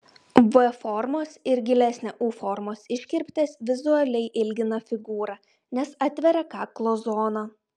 v formos ir gilesnė u formos iškirptės vizualiai ilgina figūrą nes atveria kaklo zoną